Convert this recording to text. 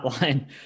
line